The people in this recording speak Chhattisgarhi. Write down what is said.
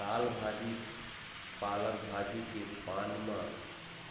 लाल भाजी पालक भाजी के पान मा